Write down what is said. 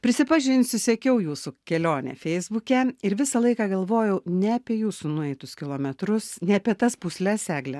prisipažinsiu sekiau jūsų kelionę feisbuke ir visą laiką galvojau ne apie jūsų nueitus kilometrus ne apie tas pusles egle